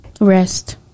Rest